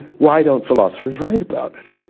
why don't philosophers write about it?